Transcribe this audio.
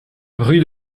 rue